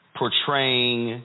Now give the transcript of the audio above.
portraying